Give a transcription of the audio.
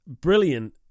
brilliant